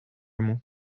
hamon